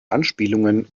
anspielungen